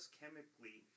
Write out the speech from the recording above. chemically